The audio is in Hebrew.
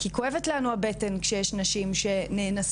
כי כואבת לנו הבטן כשיש נשים שנאנסות,